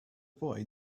boy